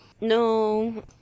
No